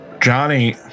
Johnny